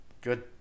Good